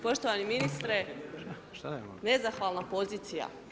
Poštovani ministre, nezahvalna pozicija.